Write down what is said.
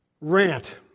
rant